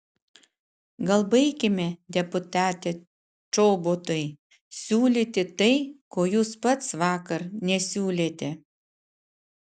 gal baikime deputate čobotai siūlyti tai ko jūs pats vakar nesiūlėte